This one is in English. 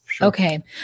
Okay